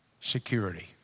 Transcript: security